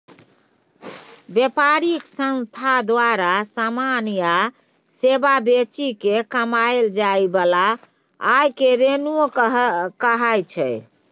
बेपारिक संस्था द्वारा समान या सेबा बेचि केँ कमाएल जाइ बला आय रेवेन्यू कहाइ छै